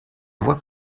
voie